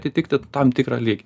atitikti tam tikrą lygį